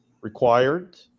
required